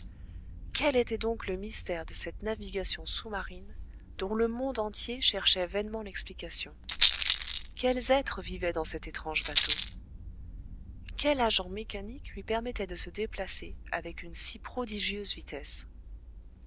quel était donc le mystère de cette navigation sous-marine dont le monde entier cherchait vainement l'explication quels êtres vivaient dans cet étrange bateau quel agent mécanique lui permettait de se déplacer avec une si prodigieuse vitesse